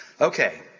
Okay